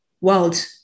world